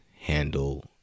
handle